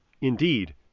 Indeed